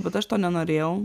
bet aš to nenorėjau